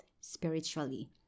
spiritually